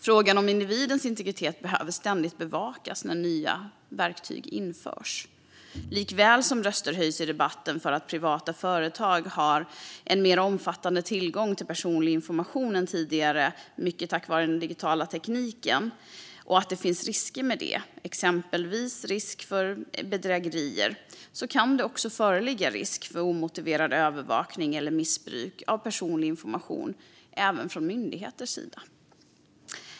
Frågan om individens integritet behöver ständigt bevakas när nya verktyg införs. Likaväl som röster höjs i debatten för att privata företag har en mer omfattande tillgång till personlig information än tidigare, mycket tack vare den digitala tekniken, och att det finns risker med det, exempelvis risk för bedrägerier, kan det föreligga risk för omotiverad övervakning eller missbruk av personlig information även från myndigheters sida.